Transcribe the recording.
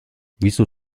wieso